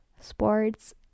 sports